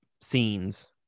scenes